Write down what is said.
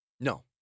No